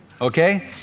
Okay